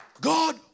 God